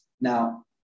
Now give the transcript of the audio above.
Now